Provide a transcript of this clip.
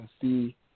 see